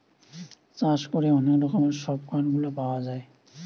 চাষ করে অনেক রকমের সব কাঠ গুলা পাওয়া যায়